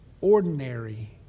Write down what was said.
ordinary